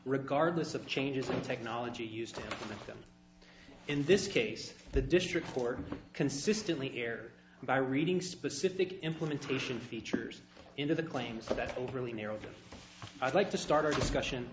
regardless of changes in technology used to make them in this case the district court consistently here by reading specific implementation features into the claims so that overly narrow i'd like to start a discussion